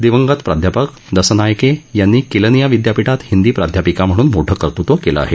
दिवंगत प्राध्यापक सदनायके यांनी केलनिया विद्यापीठात हिंदी प्राध्यापिका म्हणून मोठं कर्तृत्व आहे